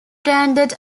branded